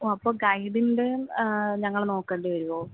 O അപ്പം ഗൈഡിൻ്റെ ഞങ്ങൾ നോക്കേണ്ടി വരുമോ